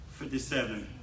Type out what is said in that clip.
57